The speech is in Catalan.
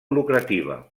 lucrativa